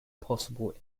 possible